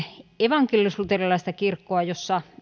evankelisluterilaista kirkkoa jossa